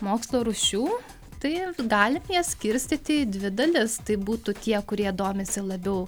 mokslo rūšių tai galim jas skirstyti į dvi dalis tai būtų tie kurie domisi labiau